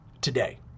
today